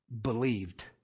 believed